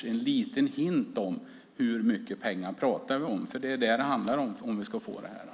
Det är pengarna som avgör om vi får detta.